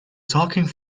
talking